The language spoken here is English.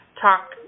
talk